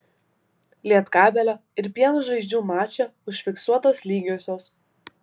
lietkabelio ir pieno žvaigždžių mače užfiksuotos lygiosios